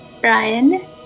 Brian